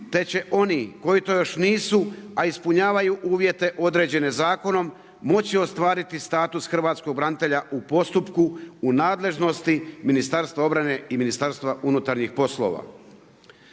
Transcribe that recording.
te će oni koji to još nisu, a ispunjavaju uvjete određene zakonom, moći ostvariti status hrvatskog branitelja u postupku u nadležnosti Ministarstva obrane i Ministarstva unutarnjih poslova.